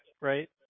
right